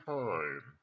time